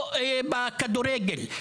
או בכדורגל.